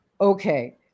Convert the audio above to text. okay